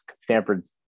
Stanford's